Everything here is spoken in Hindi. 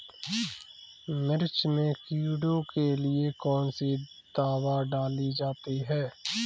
मिर्च में कीड़ों के लिए कौनसी दावा डाली जाती है?